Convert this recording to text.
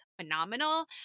phenomenal